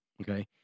Okay